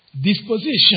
disposition